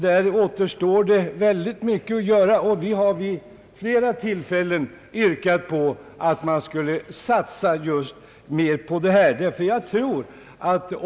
Där återstår väldigt mycket att göra, och vi har vid flera tillfällen yrkat på att man skulle satsa mer just på detta område.